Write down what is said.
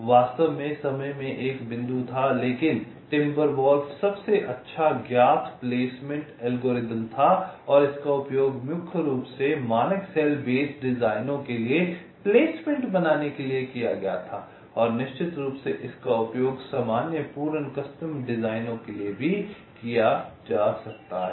वास्तव में समय में एक बिंदु था लेकिन टिम्बरवॉल्फ सबसे अच्छा ज्ञात प्लेसमेंट एल्गोरिथ्म था और इसका उपयोग मुख्य रूप से मानक सेल बेस डिजाइनों के लिए प्लेसमेंट बनाने के लिए किया गया था और निश्चित रूप से इसका उपयोग सामान्य पूर्ण कस्टम डिजाइनों के लिए भी किया जा सकता है